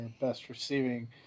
best-receiving